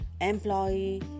employee